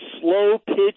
slow-pitch